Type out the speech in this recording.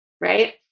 right